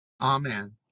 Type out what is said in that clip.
Amen